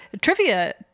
trivia